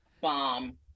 Bomb